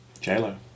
j-lo